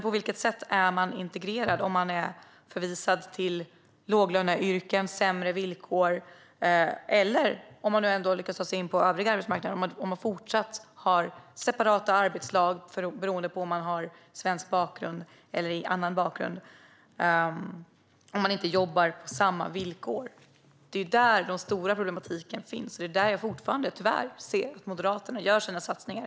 På vilket sätt är man integrerad om man är förvisad till låglöneyrken och sämre villkor - eller, om man nu ändå har lyckats ta sig in på övrig arbetsmarknad, fortsatt ingår i separata arbetslag beroende på om man har svensk bakgrund eller en annan bakgrund och inte jobbar på samma villkor? Det är där den stora problematiken finns, och det är där jag tyvärr fortfarande ser att Moderaterna gör sina satsningar.